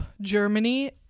Germany